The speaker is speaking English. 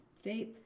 faith